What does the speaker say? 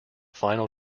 final